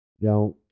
Now